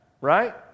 right